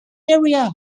area